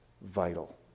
vital